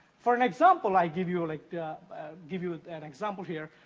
for an example, i give you like give you ah an example here,